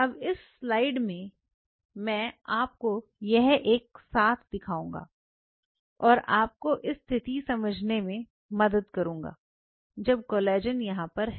अब इस स्लाइड में मैं आपको यह एक साथ दिखाऊंगा और आपको यह स्थिति समझने में मदद करूंगा जब कोलेजन यहां पर है